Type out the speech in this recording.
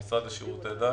המשרד לשירותי דת,